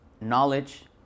knowledge